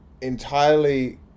entirely